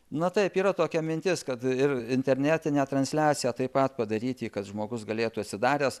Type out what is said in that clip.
na taip yra tokia mintis kad ir internetinę transliaciją taip pat padaryti kad žmogus galėtų atsidaręs